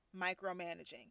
micromanaging